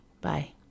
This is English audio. Bye